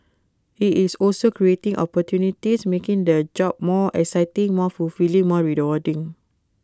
IT is also creating opportunities making the job more exciting more fulfilling more rewarding